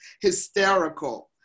hysterical